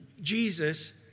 Jesus